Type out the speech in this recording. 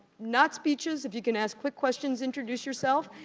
not speeches. if you can ask quick questions, introduce yourself,